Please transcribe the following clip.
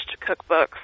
cookbooks